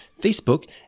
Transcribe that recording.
Facebook